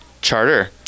charter